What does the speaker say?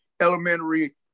elementary